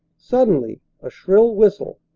suddenly a shrill whistle,